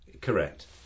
Correct